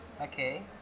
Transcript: Okay